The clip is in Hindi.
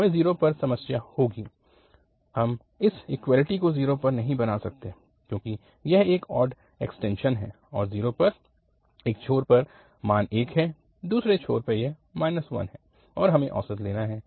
हमें 0 पर समस्या होगी हम इस इक्वैलिटी को 0 पर नहीं बना सकते क्योंकि यह एक ऑड एक्सटेंशन है और 0 पर एक छोर पर मान 1 है दूसरे छोर पर यह 1 है और हमें औसत लेना है